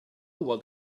what